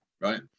right